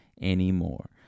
anymore